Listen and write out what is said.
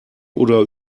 oder